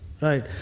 right